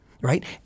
right